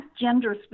gender